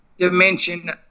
Dimension